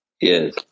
Yes